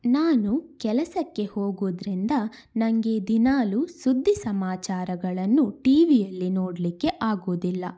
ನಾನು ಕೆಲಸಕ್ಕೆ ಹೋಗೋದ್ರಿಂದ ನನಗೆ ದಿನಾಲೂ ಸುದ್ದಿ ಸಮಾಚಾರಗಳನ್ನು ಟಿ ವಿಯಲ್ಲಿ ನೋಡಲಿಕ್ಕೆ ಆಗೋದಿಲ್ಲ